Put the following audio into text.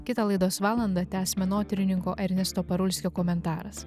kitą laidos valandą tęs menotyrininko ernesto parulskio komentaras